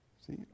See